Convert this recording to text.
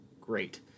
great